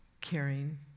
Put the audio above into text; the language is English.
caring